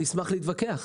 אשמח להתווכח.